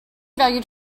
valued